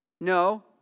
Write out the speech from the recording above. No